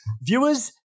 viewers